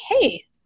hey